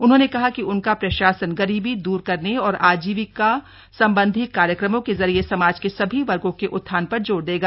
उन्होंने कहा कि उनका प्रशासन गरीबी दूर करने और आजीविका संबंधी कार्यक्रमों के जरिए समाज के सभी वर्गो के उत्थान पर जोर देगा